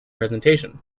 presentation